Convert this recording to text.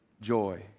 joy